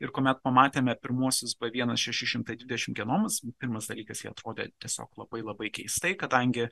ir kuomet pamatėme pirmuosius b vienas šeši šimtai dvidešim genomas pirmas dalykas ji atrodė tiesiog labai labai keistai kadangi